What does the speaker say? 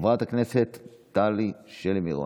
חברת הכנסת טלי שלי מירון.